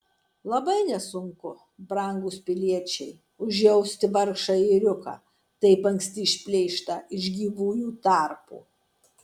labai nesunku brangūs piliečiai užjausti vargšą ėriuką taip anksti išplėštą iš gyvųjų tarpo